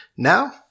Now